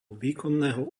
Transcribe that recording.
výkonného